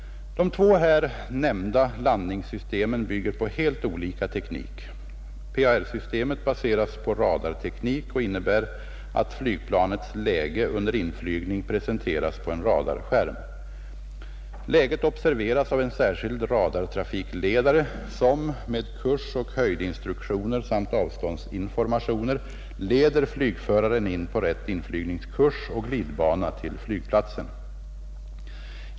De två här nämnda landningssystemen bygger på helt olika teknik. PAR-systemet baseras på radarteknik och innebär att flygplanets läge under inflygning presenteras på en radarskärm. Läget observeras av en särskild radartrafikledare som — med kursoch höjdinstruktioner samt avståndsinformationer — leder flygföraren in på rätt inflygningskurs och glidbana till flygplatsen.